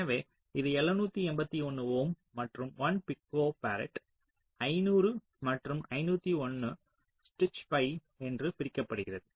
எனவே இது 781 ஓம் மற்றும் 1 பிகோபாரட் 500 மற்றும் 501 ஸ்டிட்ச் பை என பிரிக்கப்பட்டுள்ளது